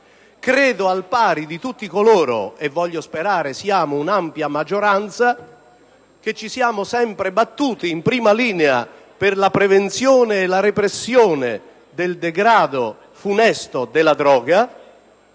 test, al pari di tutti coloro (e voglio sperare che siamo un'ampia maggioranza) che si sono sempre battuti in prima linea per la prevenzione e la repressione del degrado funesto causato